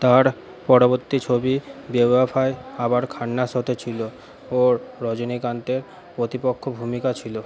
তার পরবর্তী ছবি বেওয়াফাই আবার খান্নার সাথে ছিল ও রজনীকান্তের প্রতিপক্ষ ভূমিকা ছিল